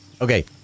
Okay